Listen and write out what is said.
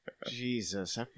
Jesus